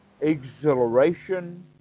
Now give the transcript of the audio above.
exhilaration